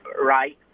right